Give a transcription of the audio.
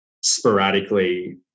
sporadically